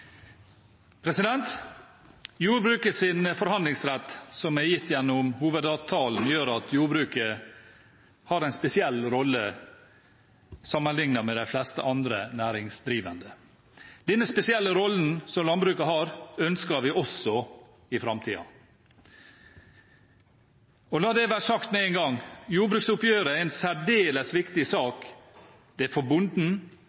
gitt gjennom hovedavtalen, gjør at jordbruket har en spesiell rolle sammenlignet med de fleste andre næringsdrivende. Denne spesielle rollen som landbruket har, ønsker vi også i framtiden. Og la det være sagt med en gang: Jordbruksoppgjøret er en særdeles viktig sak – for bonden